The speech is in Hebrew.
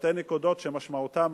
שתי נקודות שמשמעותן,